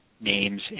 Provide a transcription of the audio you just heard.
names